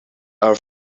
are